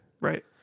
right